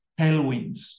tailwinds